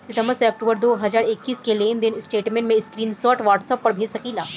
सितंबर से अक्टूबर दो हज़ार इक्कीस के लेनदेन स्टेटमेंट के स्क्रीनशाट व्हाट्सएप पर भेज सकीला?